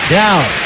down